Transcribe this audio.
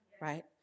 right